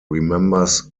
remembers